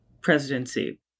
presidency